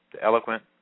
eloquent